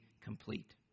complete